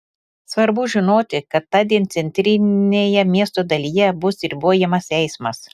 svarbu žinoti kad tądien centrinėje miesto dalyje bus ribojamas eismas